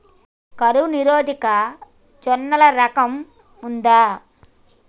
కరువు నిరోధక జొన్నల రకం ఉందా?